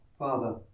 Father